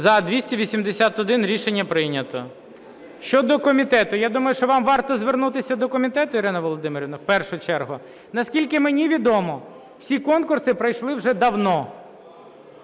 За-281 Рішення прийнято. Щодо комітету. Я думаю, що вам варто звернутися до комітету, Ірино Володимирівно, в першу чергу. Наскільки мені відомо, всі конкурси пройшли вже давно.